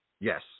yes